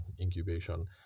incubation